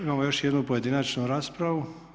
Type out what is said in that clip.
Imamo još jednu pojedinačnu raspravu.